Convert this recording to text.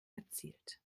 erzielt